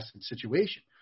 situation